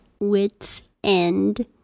WitsEnd